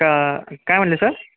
का काय म्हणाले सर